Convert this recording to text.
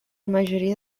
majoria